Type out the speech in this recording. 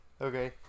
Okay